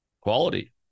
Quality